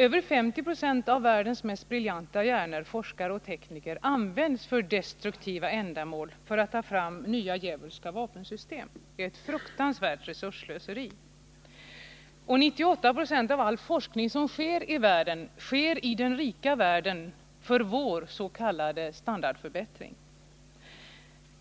Över 50 26 av världens mest briljanta hjärnor — forskare och tekniker — används för destruktiva ändamål för att ta fram nya djävulska vapensystem. Det är ett fruktansvärt resursslöseri. Och 98 90 av all forskning som sker i världen sker i den rika världen för vår s.k. standardförbättring.